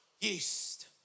Yeast